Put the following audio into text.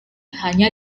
hanya